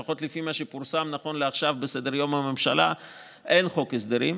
לפחות לפי מה שפורסם נכון לעכשיו בסדר-היום של הממשלה אין חוק הסדרים,